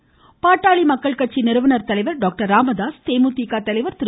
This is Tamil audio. ராமதாஸ் பாட்டாளி மக்கள் கட்சி நிறுவனா் தலைவர் டாக்டர் ராமதாஸ் தேமுதிக தலைவர் திரு